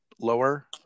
lower